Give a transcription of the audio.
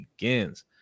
begins